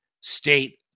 state